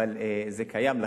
אבל זה קיים.